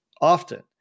often